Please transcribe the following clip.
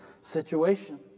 situation